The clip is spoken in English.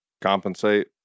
compensate